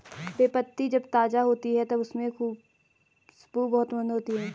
बे पत्ती जब ताज़ा होती है तब उसमे खुशबू बहुत मंद होती है